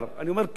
אני אומר שוב,